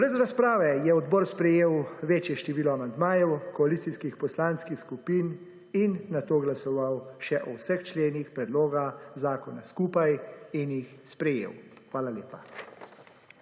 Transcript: Brez razprave je odbor sprejel večje število amandmajev koalicijskih poslanskih skupin in nato glasoval še o vseh členih predloga zakona skupaj in jih sprejel. Hvala lepa.